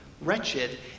Wretched